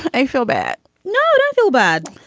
i feel bad. no, don't feel bad.